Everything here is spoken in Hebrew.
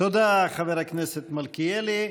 תודה, חבר הכנסת מלכיאלי.